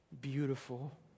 beautiful